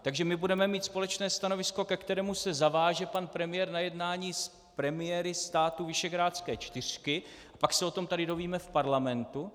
Takže my budeme mít společné stanovisko, ke kterému se zaváže pan premiér na jednání s premiéry států visegrádské čtyřky, pak se o tom tady dovíme v parlamentu.